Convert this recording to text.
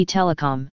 Telecom